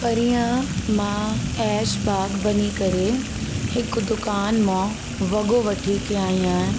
परीहं मां ऐश बाॻ वञी करे हिकु दुकान मां वॻो वठी करे आई आहियां